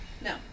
No